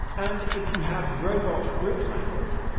and, if you have robot bricklayers,